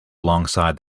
alongside